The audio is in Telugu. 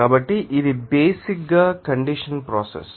కాబట్టి ఇది బేసిక్ ంగా కండెన్సషన్ ప్రోసెస్